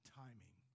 timing